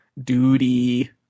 Duty